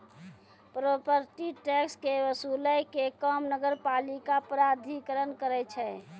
property tax के वसूलै के काम नगरपालिका प्राधिकरण करै छै